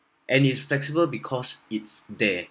and is flexible because it's there